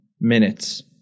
minutes